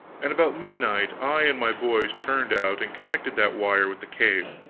and about midnight i and my boys turned out and connected that wire with the cave,